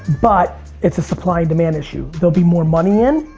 but, it's a supply and demand issue. there'll be more money in,